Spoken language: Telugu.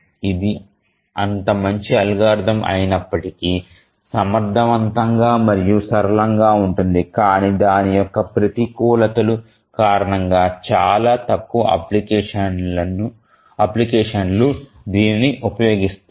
ఇది అంత మంచి అల్గోరిథం అయినప్పటికీ సమర్థవంతంగా మరియు సరళంగా ఉంటుంది కానీ దాని యొక్క ప్రతికూలతలు కారణంగా చాలా తక్కువ అప్లికేషన్లు దీనిని ఉపయోగిస్తాయి